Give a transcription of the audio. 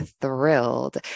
thrilled